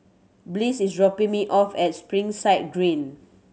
Bliss is dropping me off at Springside